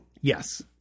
Yes